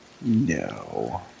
No